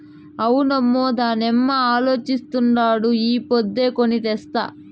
అవునమ్మో, అదేనేమో అలోచిస్తాండా ఈ పొద్దే కొని తెస్తా